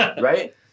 right